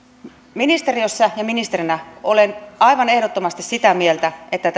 ministeriössä ja ministerinä olen aivan ehdottomasti sitä mieltä että